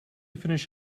finish